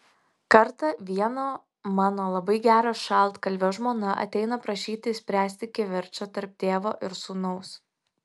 kartą vieno mano labai gero šaltkalvio žmona ateina prašyti išspręsti kivirčą tarp tėvo ir sūnaus